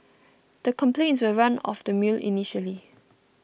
the complaints were run of the mill initially